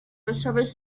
observers